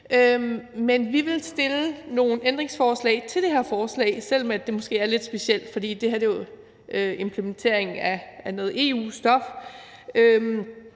Men vi vil stille nogle ændringsforslag til det her forslag, selv om det måske er lidt specielt, fordi det her jo er implementering af noget EU-stof;